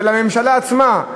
של הממשלה עצמה.